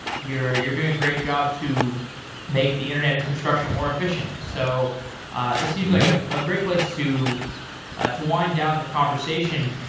you're you're doing a great job to make the internet infrastructure more efficient. so ah that seems like ah a great place to ah to wind down the conversation.